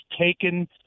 taken